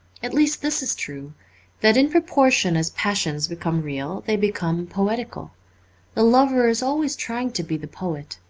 at least this is true that in proportion as passions become real they become poetical the lover is always trying to be the poet.